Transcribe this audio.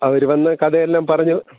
അവർ വന്നു കഥയെല്ലാം പറഞ്ഞ്